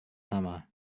sama